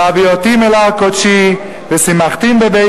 והביאותים אל הר קודשי ושימחתים בבית